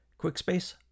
Quickspace